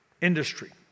industry